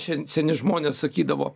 šen seni žmonės sakydavo